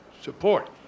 support